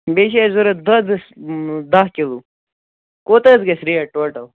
بیٚیہِ چھِ اَسہِ ضوٚرَتھ دۄدَس دَہ کِلوٗ کوتاہ حظ گژھِ ریٹ ٹوٹَل